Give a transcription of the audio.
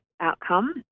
outcome